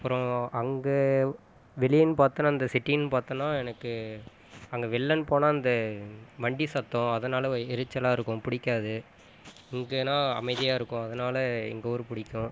அப்புறம் அங்கே வெளியேன்னு பார்த்தோன்னா இந்த சிட்டின்னு பார்த்தோன்னா எனக்கு அங்கே வெள்யேன்னு போனால் அந்த வண்டி சத்தம் அதனாலும் எரிச்சலாக இருக்கும் பிடிக்காது இங்கேன்னா அமைதியாக இருக்கும் அதனால் எங்கூர் பிடிக்கும்